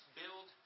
build